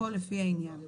הכול לפי העניין.